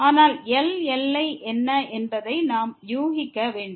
ஆனால் L என்ன என்பதை நாம் யூகிக்க வேண்டும்